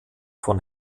von